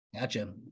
gotcha